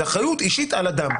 זה אחריות אישית על אדם.